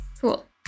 cool